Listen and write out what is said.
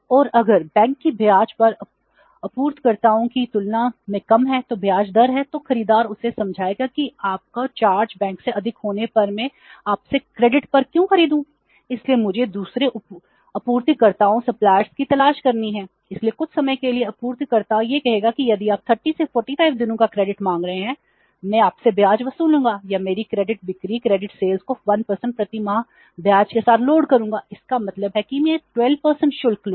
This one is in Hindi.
और अगर बैंक की ब्याज दर आपूर्तिकर्ताओं की तुलना में कम है तो ब्याज दर है तो खरीदार उसे समझाएगा कि आपका चार्ज को 1 प्रति माह ब्याज के साथ लोड करूंगा इसका मतलब है कि मैं 12 शुल्क लूंगा